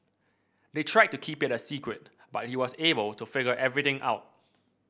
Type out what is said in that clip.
they tried to keep it a secret but he was able to figure everything out